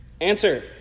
Answer